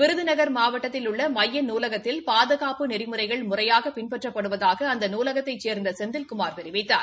விருதுநகள் மாவட்டத்தில் உள்ள மைய நூலகத்தில் பாதுகாப்பு நெறிமுறைகள் முறையாக பின்பற்றப்படுவதாக அந்த நூலகத்தைச் சேர்ந்த செந்தில்குமார் தெரிவித்தார்